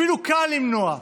אפילו קל למנוע.